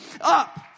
up